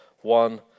one